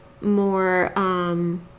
more